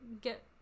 get